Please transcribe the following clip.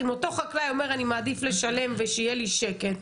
אם אותו חקלאי אומר שהוא מעדיף לשלם ושיהיה לו שקט,